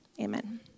Amen